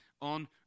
On